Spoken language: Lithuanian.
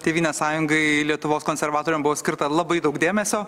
tėvynės sąjungai lietuvos konservatoriam buvo skirta labai daug dėmesio